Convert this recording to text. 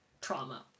trauma